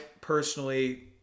personally